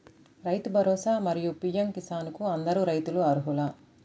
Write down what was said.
రైతు భరోసా, మరియు పీ.ఎం కిసాన్ కు అందరు రైతులు అర్హులా?